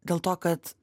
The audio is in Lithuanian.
dėl to kad